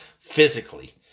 physically